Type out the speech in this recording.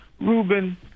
Ruben